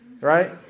right